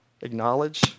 acknowledge